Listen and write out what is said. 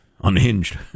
unhinged